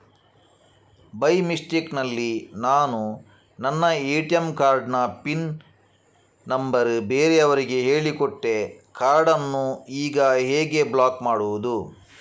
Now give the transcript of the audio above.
By mistake ನಲ್ಲಿ ನಾನು ನನ್ನ ಎ.ಟಿ.ಎಂ ಕಾರ್ಡ್ ನ ಪಿನ್ ನಂಬರ್ ಬೇರೆಯವರಿಗೆ ಹೇಳಿಕೊಟ್ಟೆ ಕಾರ್ಡನ್ನು ಈಗ ಹೇಗೆ ಬ್ಲಾಕ್ ಮಾಡುವುದು?